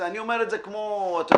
אני אומר את זה כמו במוצבים....